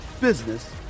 business